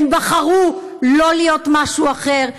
הם בחרו לא להיות משהו אחר.